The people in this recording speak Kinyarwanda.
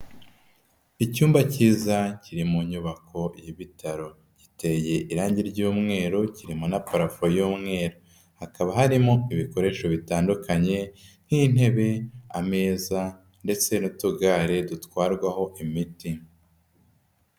Icyumba cyiza kiri mu nyubako y'ibitaro. Giteye irange ry'umweru kirimo na parafo y'umweru. Hakaba harimo ibikoresho bitandukanye: nk'intebe, ameza ndetse n'utugare dutwarwaho imiti.